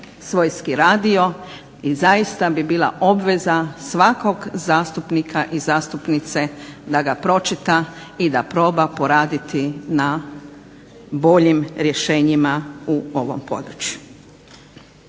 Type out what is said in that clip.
svojski radio i zaista bi bila obveza svakog zastupnika i zastupnice da ga pročita i da proba poraditi na boljim rješenjima u ovom području.